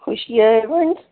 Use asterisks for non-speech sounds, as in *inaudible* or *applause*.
*unintelligible*